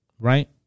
right